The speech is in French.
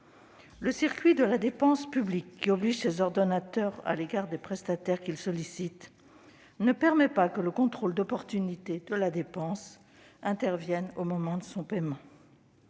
Le circuit de la dépense publique, qui oblige ses ordonnateurs à l'égard des prestataires qu'ils sollicitent, ne permet pas que le contrôle d'opportunité de la dépense intervienne au moment de son paiement.